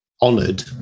honored